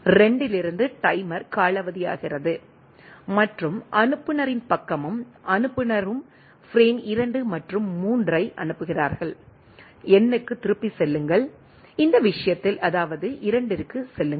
2 இலிருந்து டைமர் காலாவதியாகிறது மற்றும் அனுப்புநரின் பக்கமும் அனுப்புநரும் பிரேம் 2 மற்றும் 3 ஐ அனுப்புகிறார்கள் N க்குத் திரும்பிச் செல்லுங்கள் இந்த விஷயத்தில் அதாவது 2 க்குச் செல்லுங்கள்